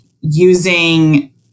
using